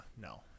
No